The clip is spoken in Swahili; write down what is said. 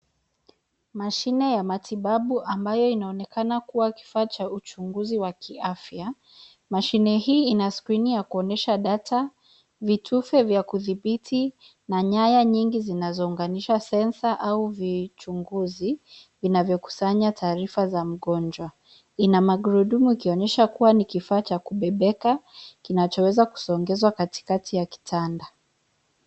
Mashine ya matibabu amabayo inaonekana kuwa kifaa cha uchunguzi wa kiafya . Mashine hii ina screen ya kuonyesha data, vitufe vya kudhibiti na nyaya nyingi zinazounganisha sensor au vichunguzi vinavyo kusanya taarifa za mgonjwa. Ina magurudumu ikionyesha kuwa ni kifaa cha kubebeka kinachoweza kusongeshwa katikati ya kitanda.